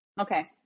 okay